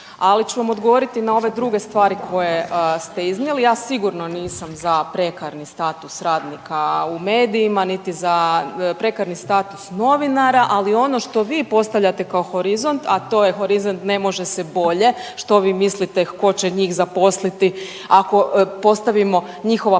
Ali ću vam odgovoriti na ove druge stvari koje ste iznijeli. Ja sigurno nisam za prekarni status radnika u medijima, niti za prekarni status novinara. Ali ono što vi postavljate kao horizont, a to je horizont ne može se bolje. Što vi mislite tko će njih zaposliti ako postavimo njihova